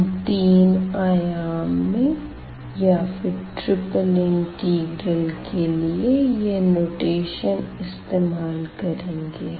हम तीन आयाम में या फिर ट्रिपल इंटीग्रल के लिए यह नोटेशन इस्तेमाल करेंगे